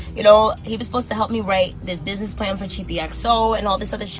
you know? he was supposed to help me write this business plan for cheapyxo, and all this other sh